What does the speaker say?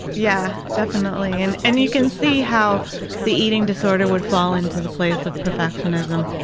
yeah, definitely. and and you can see how the eating disorder would fall into the place of perfectionism,